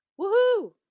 Woohoo